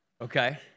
Okay